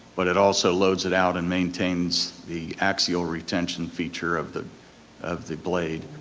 but it also loads it out and maintains the axial retention feature of the of the blade.